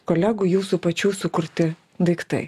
kolegų jūsų pačių sukurti daiktai